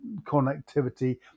connectivity